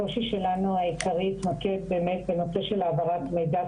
הקושי שלנו העיקרי תקף באמת בנושא של העברת מידע,